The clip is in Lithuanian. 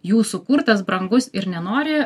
jų sukurtas brangus ir nenori